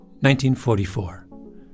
1944